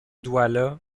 douala